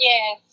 Yes